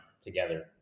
together